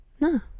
No